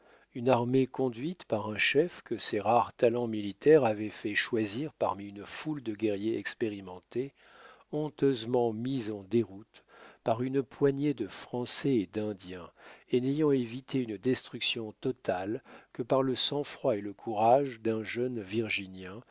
une armée conduite par un chef que ses rares talents militaires avaient fait choisir parmi une foule de guerriers expérimentés honteusement mise en déroute par une poignée de français et d'indiens et n'ayant évité une destruction totale que par le sang-froid et le courage d'un jeune virgi